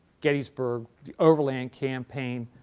gettysburg, the overland campaign,